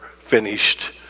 finished